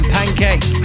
Pancake